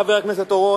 חבר הכנסת אורון,